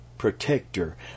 protector